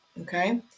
Okay